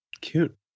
Cute